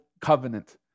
covenant